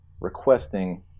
requesting